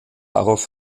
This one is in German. darauf